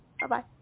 Bye-bye